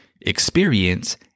experience